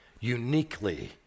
uniquely